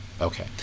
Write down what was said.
Okay